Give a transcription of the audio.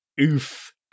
oof